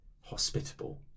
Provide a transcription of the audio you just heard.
hospitable